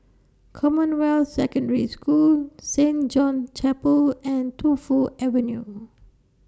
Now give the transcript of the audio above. Commonwealth Secondary School Saint John's Chapel and Tu Fu Avenue